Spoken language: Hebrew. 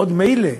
עוד מילא.